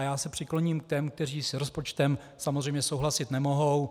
Já se přikloním k těm, kteří s rozpočtem samozřejmě souhlasit nemohou.